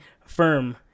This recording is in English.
firm